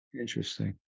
Interesting